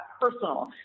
personal